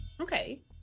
okay